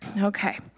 Okay